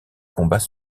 combats